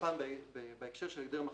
הפעם בהקשר של הגדר מכשירים.